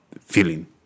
feeling